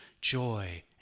joy